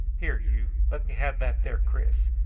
here, you, let me have that there kris.